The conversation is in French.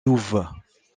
douves